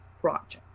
project